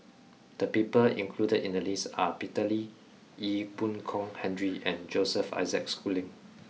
the people included in the list are Peter Lee Ee Boon Kong Henry and Joseph Isaac Schooling